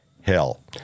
hell